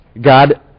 God